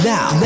Now